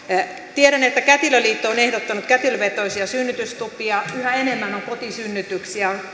tiedän että kätilöliitto on ehdottanut kätilövetoisia synnytystupia yhä enemmän on kotisynnytyksiä